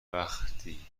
وقتی